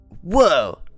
whoa